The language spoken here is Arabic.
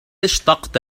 اشتقت